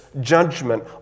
judgment